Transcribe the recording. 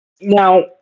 Now